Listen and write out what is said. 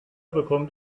bekommt